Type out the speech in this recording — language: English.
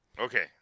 Okay